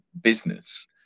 business